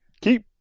keep